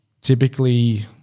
Typically